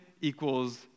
equals